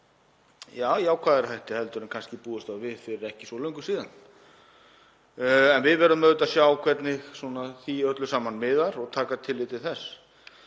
með jákvæðari hætti en var kannski búist við fyrir ekki svo löngu síðan en við verðum að sjá hvernig því öllu saman miðar og taka tillit til þess.